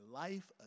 life